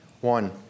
One